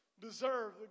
deserve